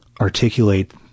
articulate